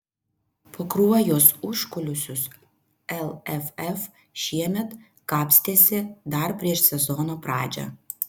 po kruojos užkulisius lff šiemet kapstėsi dar prieš sezono pradžią